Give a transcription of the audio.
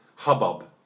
Hubbub